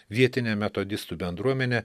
vietinė metodistų bendruomenė